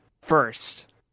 first